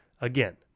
Again